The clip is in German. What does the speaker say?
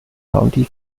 county